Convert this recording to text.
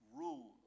rule